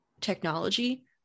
technology